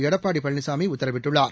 எடப்பாடி பழனிசாமி உத்தரவிட்டுள்ளார்